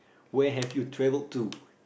where have you traveled to